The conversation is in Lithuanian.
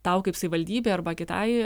tau kaip savivaldybei arba kitai